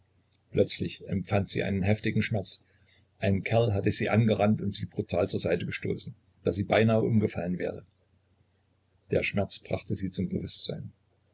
plötzlich empfand sie einen heftigen schmerz ein kerl hatte sie angerannt und sie brutal zur seite gestoßen daß sie beinahe umgefallen wäre der schmerz brachte sie zum bewußtsein